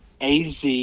AZ